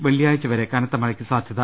വെള്ളിയാഴ്ച്ച വരെ കനത്ത മഴയ്ക്ക് സാധ്യത